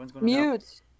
Mute